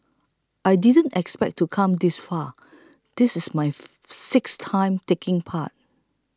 I didn't expect to come this far this is my sixth time taking part